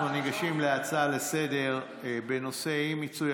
אנחנו ניגשים להצעות לסדר-היום בנושא: אי-מיצוי